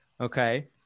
Okay